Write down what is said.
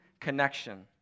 connection